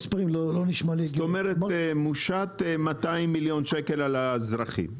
כלומר מושת 200 מיליון שקל על האזרחים.